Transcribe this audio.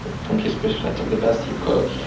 from his perspective, the best he could.